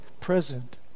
present